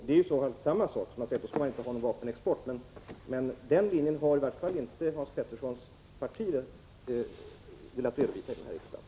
Detta är detsamma som att man inte skulle ha någon vapenexport, men den linjen har i varje fall inte Hans Peterssons parti redovisat här i riksdagen.